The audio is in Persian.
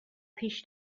پیش